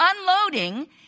unloading